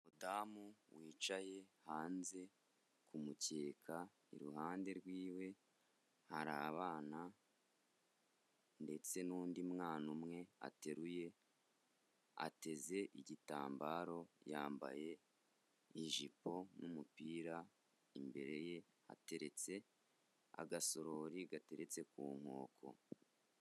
Umudamu wicaye hanze ku mukeka, iruhande rwiwe hari abana ndetse n'undi mwana umwe ateruye, ateze igitambaro yambaye ijipo n'umupira, imbere ye hateretse agasorori gateretse ku nkoko.